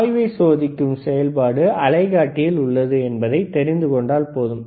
ஆய்வை சோதிக்கும் செயல்பாடு அலைகாட்டியில் உள்ளது என்பதைத் தெரிந்து கொண்டால் போதும்